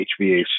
HVAC